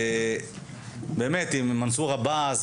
ראש מינהלת הליגה והתאחדות הכדורסל,